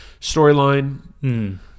storyline